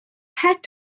het